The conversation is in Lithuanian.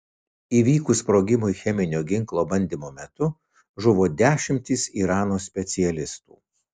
įvykus sprogimui cheminio ginklo bandymo metu žuvo dešimtys irano specialistų